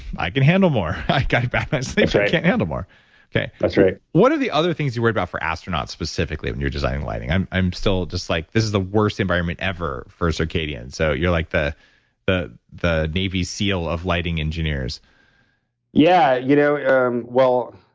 i can handle more. i got a bad night sleep i can't handle more that's right what are the other things you worry about for astronauts specifically, when you're designing lighting? i'm i'm still just like, this is the worst environment ever for circadian. so, you're like the the navy seal of lighting engineers yeah you know um well,